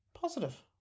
Positive